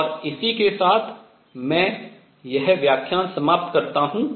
और इसी के साथ मैं यह व्याख्यान समाप्त करता हूँ